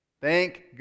Thank